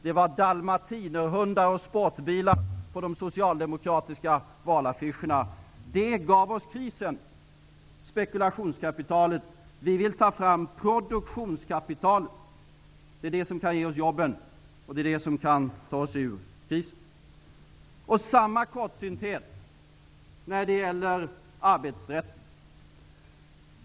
Det var dalmatinerhundar och sportbilar på de socialdemokratiska valaffischerna. Spekulationskapitalet gav oss krisen. Vi vill ta fram produktionskapitalet. Det är det som kan ge oss jobben, och det är det som kan ta oss ur krisen. Samma kortsynthet gäller i fråga om arbetsrätten.